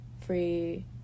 free